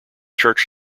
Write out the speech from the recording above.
church